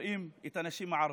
רואים את הנשים הערביות,